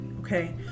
okay